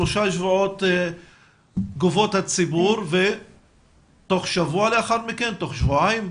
שלושה שבועות לתגובות הציבור ואחר כך שבוע או שבועיים?